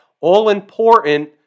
all-important